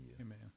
Amen